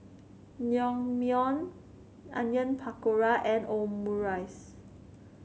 Naengmyeon Onion Pakora and Omurice